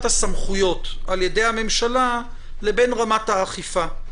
הסמכויות על ידי הממשלה לבין רמת האכיפה.